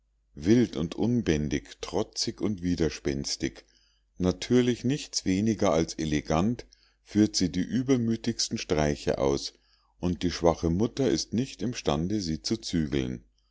wild und unbändig trotzig und widerspenstig natürlich nichts weniger als elegant führt sie die übermütigsten streiche aus und die schwache mutter ist nicht im stande sie zu zügeln